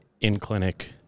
in-clinic